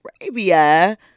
Arabia